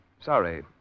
Sorry